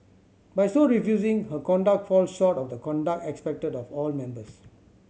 by so refusing her conduct falls short of the conduct expected of all members